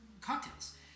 cocktails